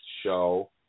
show